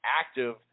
active